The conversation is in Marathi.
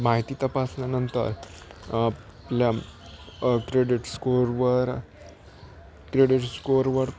माहिती तपासल्यानंतर आपल्या क्रेडिट स्कोअरवर क्रेडिट स्कोरवर